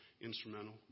instrumental